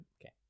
Okay